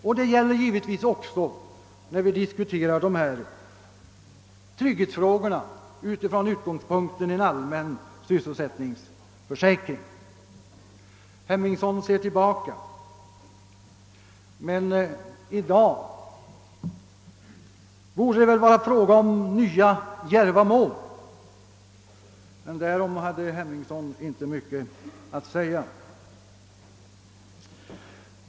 Detta gäller givetvis också när vi diskuterar trygghetsfrågorna med utgångspunkt från en allmän arbetslöshetsförsäkring. Herr Henningsson ser tillbaka i tiden, men i dag borde han väl i stället tala om nya djärva mål. Därom hade han emellertid inte mycket att säga.